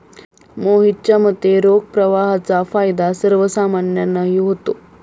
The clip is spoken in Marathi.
मोहितच्या मते, रोख प्रवाहाचा फायदा सर्वसामान्यांनाही होतो